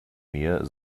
mir